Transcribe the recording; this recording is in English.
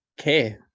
Okay